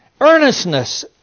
earnestness